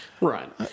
Right